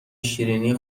شیرینی